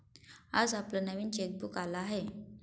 आज आपलं नवीन चेकबुक आलं आहे